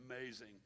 amazing